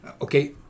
Okay